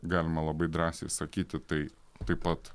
galima labai drąsiai sakyti tai taip pat